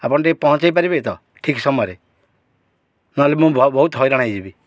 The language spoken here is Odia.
ଆପଣ ଟିକିଏ ପହଞ୍ଚେଇ ପାରିବେ ତ ଠିକ୍ ସମୟରେ ନହେଲେ ମୁଁ ବହୁତ ହଇରାଣ ହେଇଯିବି